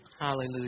Hallelujah